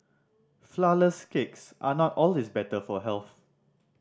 flourless cakes are not always better for health